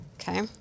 Okay